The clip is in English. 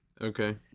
Okay